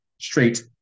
straight